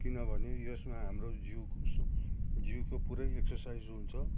किनभने यसमा हाम्रो जिउ जिउको पुरै एक्सर्साइज हुन्छ